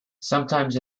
sometimes